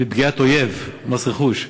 מפגיעת אויב, מס רכוש.